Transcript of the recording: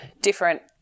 different